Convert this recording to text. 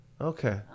Okay